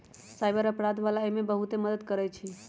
cyber अपराध वाला एमे बहुते मदद करई छई